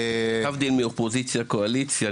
להבדיל מאופוזיציה קואליציה,